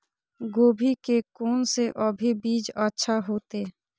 गोभी के कोन से अभी बीज अच्छा होते?